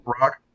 Rock